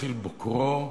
מתחיל בוקרו,